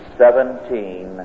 seventeen